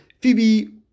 Phoebe